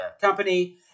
company